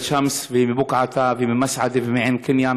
שמס ומבוקעאתא וממסעדה ומעין קנייא,